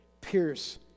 pierce